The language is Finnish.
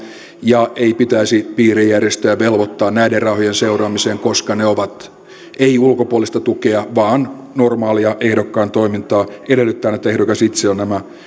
ja ei pitäisi piirijärjestöjä velvoittaa näiden rahojen seuraamiseen koska ne eivät ole ulkopuolista tukea vaan normaalia ehdokkaan toimintaa edellyttäen että ehdokas itse on nämä